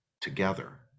together